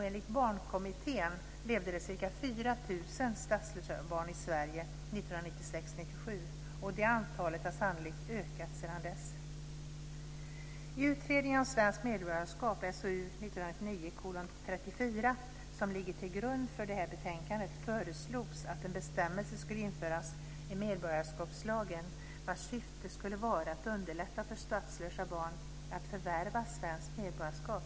Enligt Barnkommittén levde det ca 4 000 statslösa barn i Sverige 1996/97. Det antalet har sannolikt ökat sedan dess. 1999:34, som ligger till grund för det här betänkandet föreslogs att en bestämmelse skulle införas i medborgarskapslagen vars syfte skulle vara att underlätta för statslösa barn att förvärva svenskt medborgarskap.